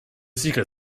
cycle